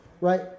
right